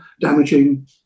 damaging